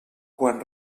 quan